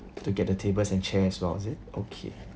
to get the tables and chairs as well is it okay